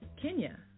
Kenya